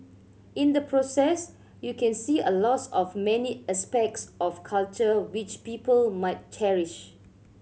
in the process you can see a loss of many aspects of culture which people might cherish